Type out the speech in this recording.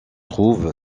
toute